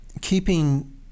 keeping